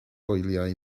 wyliau